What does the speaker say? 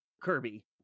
Kirby